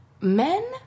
Men